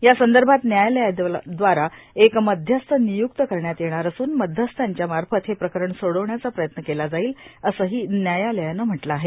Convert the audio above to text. या संदर्भात न्यायालयाद्वारा एक मध्यस्थ नियुक्त करण्यात येणार असून मध्यस्थांच्यामार्फत हे प्रकरण सोडवण्याचा प्रयत्न केला जाईल असंही न्यायालयानं म्हटलं आहे